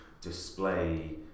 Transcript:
display